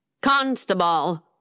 Constable